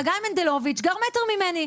חגי מנדלוביץ' גר מטר ממני.